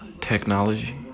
technology